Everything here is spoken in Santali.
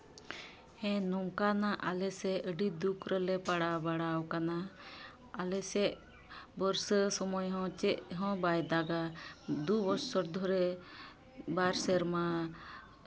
ᱦᱮᱸ ᱱᱚᱝᱠᱟᱱᱟᱜ ᱟᱞᱮ ᱥᱮᱫ ᱟᱹᱰᱤ ᱫᱩᱠ ᱨᱮᱞᱮ ᱯᱟᱲᱟᱣ ᱵᱟᱲᱟᱣ ᱠᱟᱱᱟ ᱟᱞᱮ ᱥᱮᱫ ᱵᱟᱹᱨᱥᱟᱹ ᱥᱚᱢᱚᱭ ᱦᱚᱸ ᱪᱮᱫ ᱦᱚᱸ ᱵᱟᱭ ᱫᱟᱜᱟ ᱫᱩ ᱵᱚᱪᱷᱚᱨ ᱫᱷᱚᱨᱮ ᱵᱟᱨ ᱥᱮᱨᱢᱟ